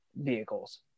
vehicles